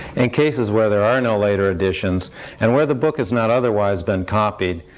in cases where there are no later editions and where the book is not otherwise been copied,